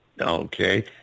Okay